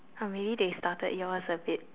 oh maybe they started yours a bit